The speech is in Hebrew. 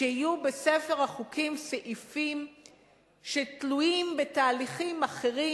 יהיו בספר החוקים סעיפים שתלויים בתהליכים אחרים,